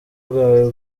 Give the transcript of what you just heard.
bwawe